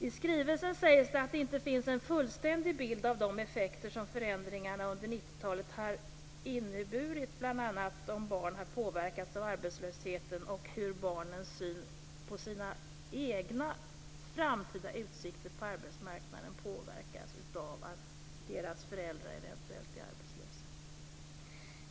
I skrivelsen sägs det att det inte finns en fullständig bild av de effekter som förändringarna under 90 talet har inneburit, bl.a. om barn har påverkats av arbetslösheten och hur barnens syn på sina egna framtida utsikter på arbetsmarknaden påverkas av att deras föräldrar eventuellt är arbetslösa.